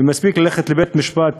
ומספיק ללכת לבית-משפט